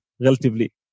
relatively